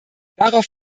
darauf